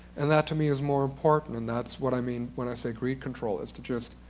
and that to me is more important, and that's what i mean when i say greed control, is to just